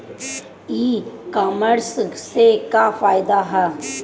ई कामर्स से का फायदा ह?